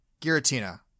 giratina